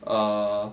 err